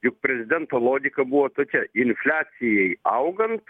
juk prezidento logika buvo tokia infliacijai augant